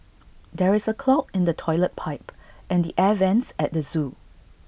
there is A clog in the Toilet Pipe and the air Vents at the Zoo